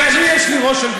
יש לי רושם,